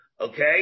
Okay